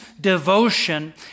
devotion